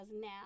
now